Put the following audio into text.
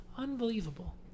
Unbelievable